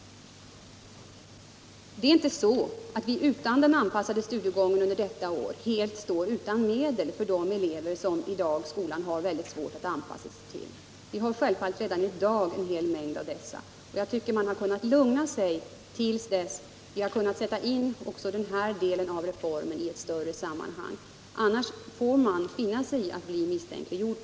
Det är inte så att vi utan den anpassade studiegången detta år helt saknar sätt att förändra undervisningssituationen och skolarbetet för de elever som skolan i dag har svårt att anpassa sig till. Jag tycker man hade kunnat lugna sig tills man kunde sätta in också den här delen av reformen i ett större sammanhang. När man inte gjort det får regeringen finna sig i att bli misstänkliggjord.